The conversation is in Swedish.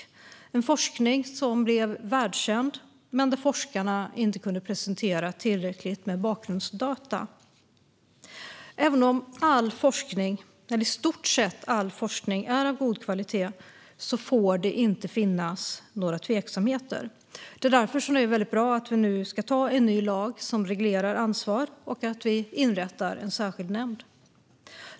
Det var forskning som blev världskänd, men forskarna kunde inte presentera tillräckligt med bakgrundsdata. Även om i stort sett all forskning är av god kvalitet får det inte finnas några tveksamheter. Det är därför det är bra att vi nu ska anta en ny lag som reglerar ansvar och att vi inrättar en särskild nämnd.